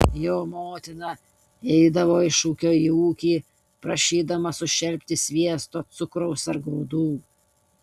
jo motina eidavo iš ūkio į ūkį prašydama sušelpti sviesto cukraus ar grūdų